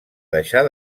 deixar